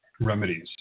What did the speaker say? remedies